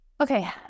Okay